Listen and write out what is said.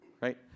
right